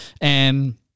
and-